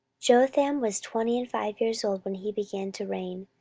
jotham was twenty and five years old when he began to reign,